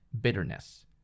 bitterness